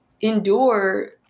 endure